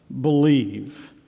believe